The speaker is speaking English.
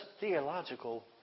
theological